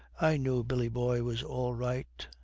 i knew billy boy was all right.